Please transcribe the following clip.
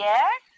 Yes